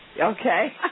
Okay